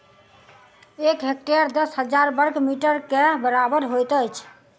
एक हेक्टेयर दस हजार बर्ग मीटर के बराबर होइत अछि